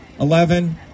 eleven